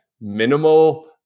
minimal